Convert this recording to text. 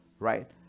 Right